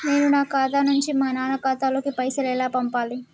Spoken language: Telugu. నేను నా ఖాతా నుంచి మా నాన్న ఖాతా లోకి పైసలు ఎలా పంపాలి?